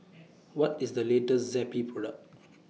What IS The latest Zappy Product